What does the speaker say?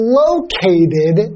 located